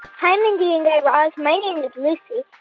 hi, mindy and guy raz. my name is lucy,